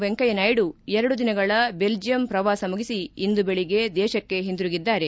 ವೆಂಕಯ್ತ ನಾಯ್ದು ಎರಡು ದಿನಗಳ ಬೆಲ್ಲಿಯಂ ಪ್ರವಾಸ ಮುಗಿಸಿ ಇಂದು ಬೆಳಿಗ್ಗೆ ದೇಶಕ್ಕೆ ಹಿಂದಿರುಗಿದ್ದಾರೆ